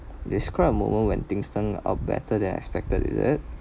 describe a moment when things turn out better than expected is it